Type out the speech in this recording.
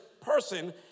person